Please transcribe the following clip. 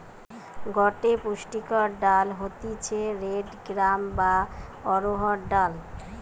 গটে পুষ্টিকর ডাল হতিছে রেড গ্রাম বা অড়হর ডাল